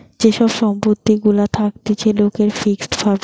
যে সব সম্পত্তি গুলা থাকতিছে লোকের ফিক্সড ভাবে